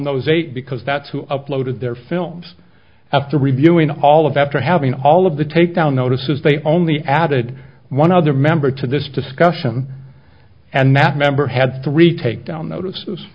those eight because that's who uploaded their films after reviewing all of after having all of the takedown notices they only added one other member to this discussion and that member had three takedown notices